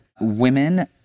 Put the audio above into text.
Women